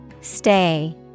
Stay